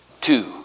two